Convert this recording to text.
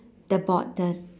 the board the